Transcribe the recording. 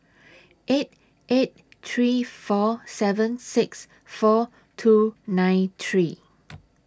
eight eight three four seven six four two nine three